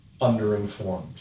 underinformed